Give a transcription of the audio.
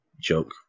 joke